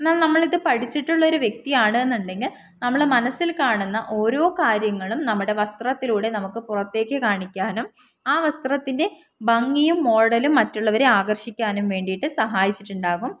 എന്നാൽ നമ്മൾ ഇത് പഠിച്ചിട്ടുള്ളൊരു വ്യക്തി ആണ് എന്നുണ്ടെങ്കിൽ നമ്മൾ മനസ്സിൽ കാണുന്ന ഓരോ കാര്യങ്ങളും നമ്മുടെ വസ്ത്രത്തിലൂടെ നമുക്ക് പുറത്തേക്ക് കാണിക്കാനും ആ വസ്ത്രത്തിൻ്റെ ഭംഗിയും മോടലും മറ്റുള്ളവരെ ആകർഷിക്കാനും വേണ്ടിയിട്ട് സഹായിച്ചിട്ടുണ്ടാകും